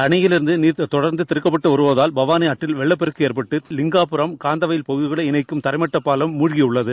அணையிலிருந்து நீர் தொடர்ந்து திறக்கப்பட்டு வருவதால் பவானி ஆற்றில் வெள்ளப்பெருக்கு எற்பட்டு லிங்காபுரம் காந்தவாயல் பகுதிகளை இணைக்கும் தரைமட்டப்பாலம் முழக்கிபுள்ளது